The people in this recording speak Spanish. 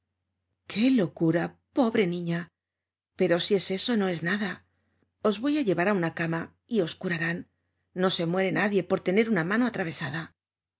qué locura pobre niña pero si es eso no es nada os voy á llevar á una cama y os curarán no se muere nadie por tener una mano atravesada